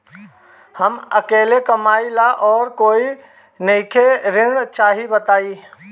हम अकेले कमाई ला और कोई नइखे ऋण चाही बताई?